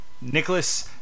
Nicholas